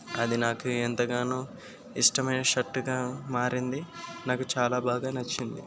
అది నాకు ఎంతగానో ఇష్టమైన షర్టుగా మారింది నాకు చాలా బాగా నచ్చింది